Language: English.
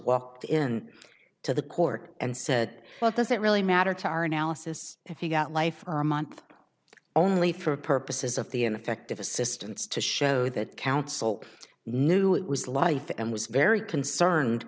walked in to the court and said well does it really matter to our analysis if he got life or a month only for purposes of the ineffective assistance to show that counsel knew it was life and was very concerned